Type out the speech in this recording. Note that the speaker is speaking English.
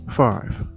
Five